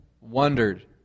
Wondered